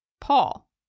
Paul